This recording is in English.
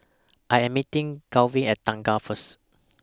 I Am meeting Garvin At Thanggam First